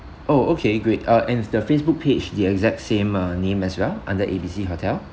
oh okay great uh and is the facebook page the exact same uh name as well under A B C hotel